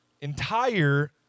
entire